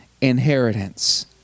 inheritance